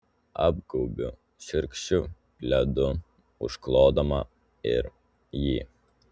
apsigaubiu šiurkščiu pledu užklodama ir jį